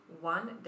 one